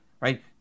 right